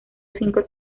cinco